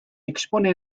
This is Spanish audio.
expone